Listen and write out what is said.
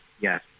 Yes